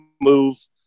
move